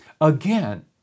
again